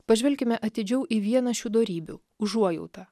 pažvelkime atidžiau į vieną šių dorybių užuojautą